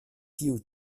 tiu